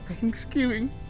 Thanksgiving